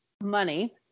money